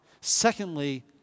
Secondly